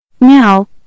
Now